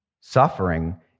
Suffering